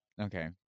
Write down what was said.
Okay